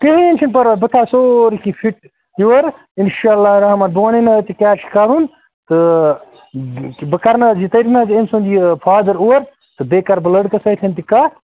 کِہیٖنۍ چھُنہٕ پَرواے بہٕ تھاو سورُے کیٚنٛہہ فِٹ یورٕ اِنشاء اللہ رحمٰن بہٕ وَنَے نَہ أتی کیٛاہ چھُ کَرُن تہٕ بہٕ کَر نہٕ حظ یہِ تٔرۍ نہٕ حظ أمۍ سُنٛد یہِ فادَر اور تہٕ بیٚیہِ کَرٕ بہٕ لٔڑکہٕ سۭتۍ تہِ کَتھ